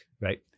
Right